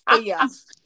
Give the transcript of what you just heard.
Yes